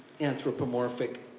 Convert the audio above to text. anthropomorphic